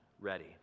ready